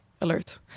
alert